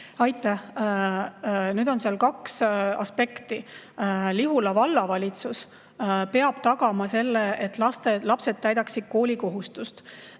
Aitäh! Seal on kaks aspekti. Lihula Vallavalitsus peab tagama selle, et lapsed täidaksid koolikohustust.